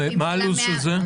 מה הלו"ז של זה?